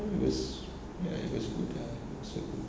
it was ya it was good ya so good